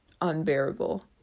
unbearable